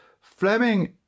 Fleming